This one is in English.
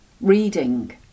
Reading